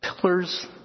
Pillars